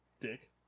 Dick